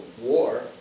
war